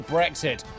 Brexit